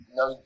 no